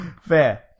Fair